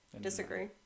disagree